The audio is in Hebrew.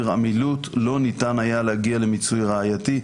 המילוט לא ניתן היה להגיע למיצוי ראייתי.